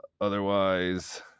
Otherwise